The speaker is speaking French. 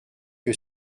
que